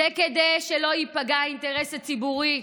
כדי שלא ייפגע האינטרס הציבורי.